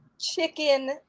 Chicken